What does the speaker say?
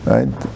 Right